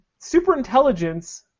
superintelligence